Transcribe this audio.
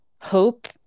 hope